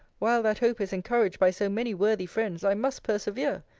while that hope is encouraged by so many worthy friends, i must persevere.